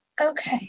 Okay